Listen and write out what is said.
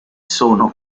sono